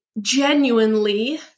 genuinely